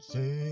Say